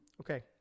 Okay